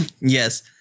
Yes